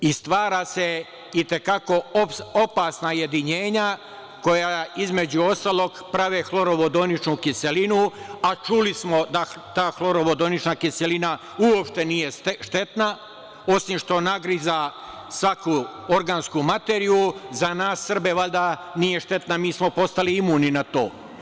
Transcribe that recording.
I, stvaraju se i te kako opasna jedinjenja, koja između ostalog, prave hlorovodoničnu kiselinu, a čuli smo da ta hlorovodonična kiselina uopšte nije štetna, osim što nagriza svaku organsku materiju, za nas Srbe valjda nije štetna, mi smo postali imuni na to.